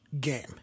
game